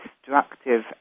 destructive